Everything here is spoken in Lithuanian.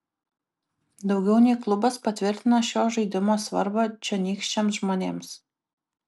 daugiau nei klubas patvirtina šio žaidimo svarbą čionykščiams žmonėms